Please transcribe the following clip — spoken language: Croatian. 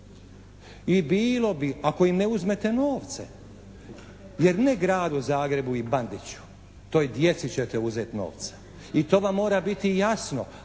I bilo bi ako im ne uzmete novce. Jer ne Gradu Zagrebu i Bandiću toj djeci ćete uzeti novce i to vam mora biti jasno.